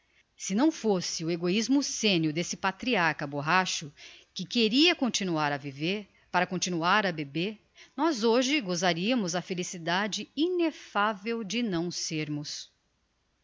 se não fôsse o egoismo senil d'esse patriarcha borracho que queria continuar a viver para continuar a beber nós hoje gosariamos a felicidade ineffavel de não sermos